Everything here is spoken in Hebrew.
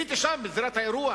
בזירת האירוע,